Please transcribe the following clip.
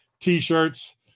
T-shirts